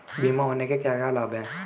बीमा होने के क्या क्या लाभ हैं?